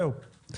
תודה רבה, הישיבה